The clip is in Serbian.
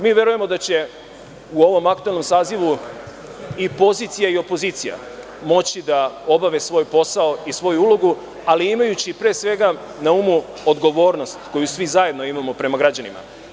Mi verujemo da će u ovom aktuelnom sazivu i pozicija i opozicija moći da obave svoj posao i svoju ulogu, ali imajući pre svega na umu odgovornost koju svi zajedno imamo prema građanima.